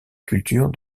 culture